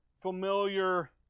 familiar